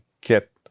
get